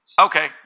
Okay